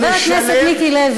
חבר הכנסת מיקי לוי,